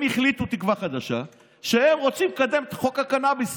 הם החליטו בתקווה חדשה שהם רוצים לקדם את חוק הקנביס.